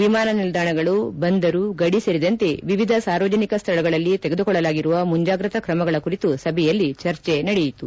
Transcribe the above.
ವಿಮಾನ ನಿಲ್ದಾಣಗಳು ಬಂದರು ಗಡಿ ಸೇರಿದಂತೆ ವಿವಿಧ ಸಾರ್ವಜನಿಕ ಸ್ವಳಗಳಲ್ಲಿ ತೆಗೆದುಕೊಳ್ಳಲಾಗಿರುವ ಮುಂಜಾಗ್ರತಾ ಕ್ರಮಗಳ ಕುರಿತು ಸಭೆಯಲ್ಲಿ ಚರ್ಚೆ ನಡೆಯಿತು